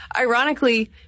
ironically